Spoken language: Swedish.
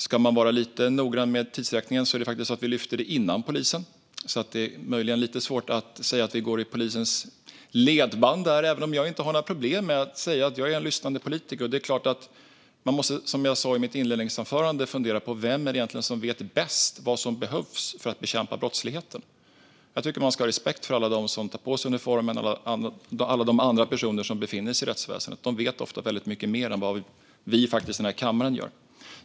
Ska man vara lite noggrann med tidsräkningen lyfte vi fram det innan polisen. Det är möjligen lite svårt att säga att vi går i polisens ledband, även om jag inte har några problem med att säga att jag är en lyssnande politiker. Det är klart att man måste fundera på, som jag sa i mitt inledningsanförande: Vem är det egentligen som vet bäst vad som behövs för att bekämpa brottsligheten? Jag tycker att man ska ha respekt för alla dem som tar på sig uniformen och alla de andra personer som befinner sig i rättsväsendet. De vet ofta väldigt mycket mer än vad vi i den här kammaren gör.